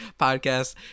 podcast